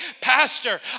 Pastor